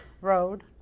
Road